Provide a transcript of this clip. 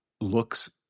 looks